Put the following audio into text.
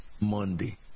Monday